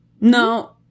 No